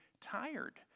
tired